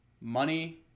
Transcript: money